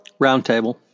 Roundtable